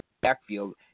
backfield